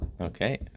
okay